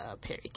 Perry